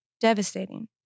devastating